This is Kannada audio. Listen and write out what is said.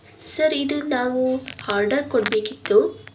ಸರ್ ಇದು ನಾವು ಹಾರ್ಡರ್ ಕೊಡಬೇಕಿತ್ತು